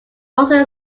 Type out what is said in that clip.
also